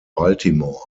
baltimore